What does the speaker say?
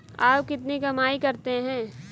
आप कितनी कमाई करते हैं?